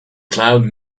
cloud